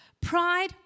Pride